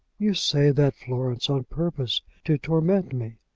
you say that, florence, on purpose to torment me.